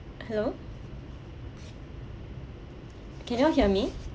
hello can you all hear me